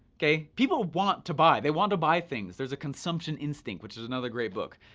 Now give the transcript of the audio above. kay? people want to buy. they want to buy things. there's a consumption instinct. which is another great book.